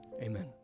Amen